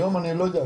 היום אני לא יודע,